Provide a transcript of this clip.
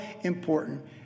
important